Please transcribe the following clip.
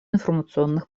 информационных